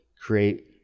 create